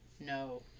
No